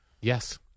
yes